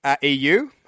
EU